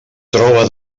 troba